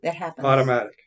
automatic